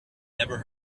never